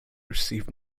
received